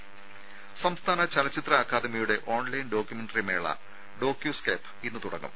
രാമ സംസ്ഥാന ചലച്ചിത്ര അക്കാദമിയുടെ ഓൺലൈൻ ഡോക്യുമെന്ററി മേള ഡോക്യു സ്കേപ്പ് ഇന്ന് തുടങ്ങും